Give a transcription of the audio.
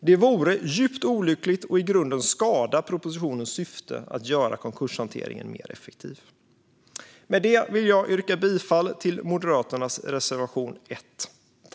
Det vore i så fall djupt olyckligt och skulle i grunden skada propositionens syfte att göra konkurshanteringen mer effektiv. Jag yrkar bifall till Moderaternas reservation 1.